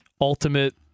ultimate